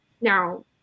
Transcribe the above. now